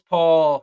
Paul